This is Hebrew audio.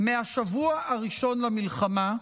מהשבוע הראשון למלחמה,